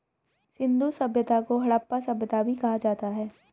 सिंधु सभ्यता को हड़प्पा सभ्यता भी कहा जाता है